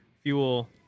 fuel